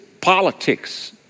politics